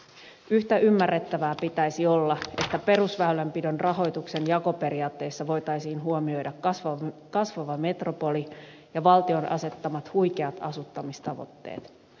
yhtä ymmärrettävää pitäisi olla että perusväylänpidon rahoituksen jakoperiaatteissa voitaisiin huomioida kasvava metropoli ja valtion asettamat huikeat asuttamistavoitteet